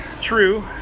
True